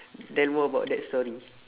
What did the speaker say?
tell more about that story